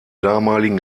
damaligen